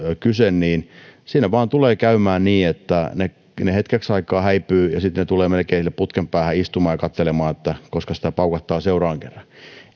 kyse niin siinä vaan tulee käymään niin että naakat hetkeksi aikaa häipyvät ja sitten ne tulevat melkein putken päähän istumaan ja katselemaan koska paukahtaa seuraavan kerran